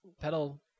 pedal